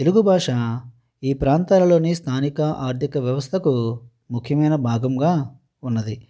తెలుగు భాష ఈ ప్రాంతాలలోని స్థానిక ఆర్థిక వ్యవస్థకు ముఖ్యమైన భాగముగా ఉన్నది